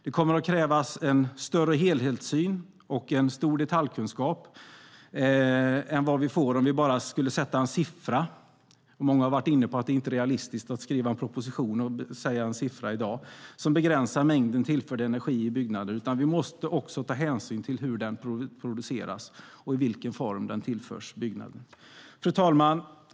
Det kommer att krävas en bättre helhetssyn och en stor detaljkunskap än vi får om vi bara sätter en siffra. Många har varit inne på att det inte är realistiskt att skriva en proposition i dag och säga en siffra som begränsar mängden tillförd energi i byggnader. Vi måste också ta hänsyn till hur den produceras och i vilken form den tillförs byggnaden. Fru talman!